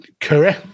curry